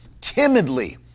timidly